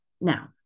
Now